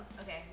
Okay